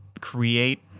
create